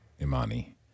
Imani